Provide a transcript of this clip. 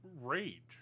rage